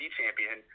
champion